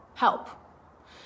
help